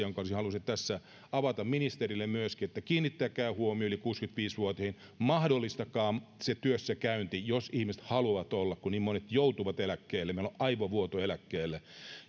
jonka olisin halunnut tässä avata ministerille myöskin kiinnittäkää huomio yli kuusikymmentäviisi vuotiaisiin mahdollistakaa työssäkäynti jos ihmiset haluavat olla töissä kun niin monet joutuvat eläkkeelle meillä on aivovuoto eläkkeelle